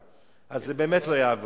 ואז זה באמת לא יעבור.